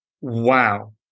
wow